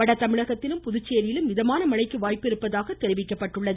வட தமிழகத்திலும் புதுச்சேரியிலும் மிதமான மழைக்கு வாய்ப்பிருப்பதாக தெரிவிக்கப்பட்டுள்ளது